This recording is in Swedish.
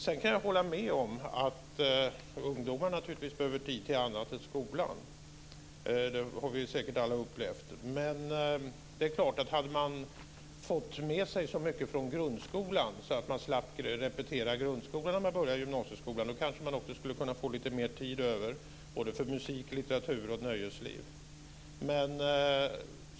Jag kan hålla med om att ungdomar naturligtvis behöver tid till annat än skolan. Det har vi säkert alla upplevt. Hade de fått med sig så mycket från grundskolan att de slapp repetera grundskolan när de börjar gymnasieskolan kanske de skulle få mycket mer tid över för musik, litteratur och nöjesliv.